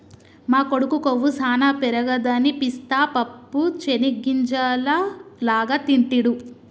మా కొడుకు కొవ్వు సానా పెరగదని పిస్తా పప్పు చేనిగ్గింజల లాగా తింటిడు